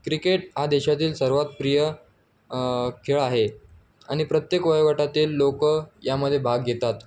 cricket हा देशातील सर्वात प्रिय खेळ आहे आणि प्रत्येक वयोगटातील लोकं यामध्ये भाग घेतात